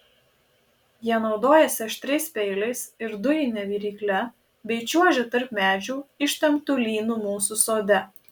jie naudojasi aštriais peiliais ir dujine virykle bei čiuožia tarp medžių ištemptu lynu mūsų sode